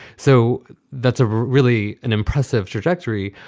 so that's a really an impressive trajectory.